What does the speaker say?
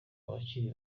abakiri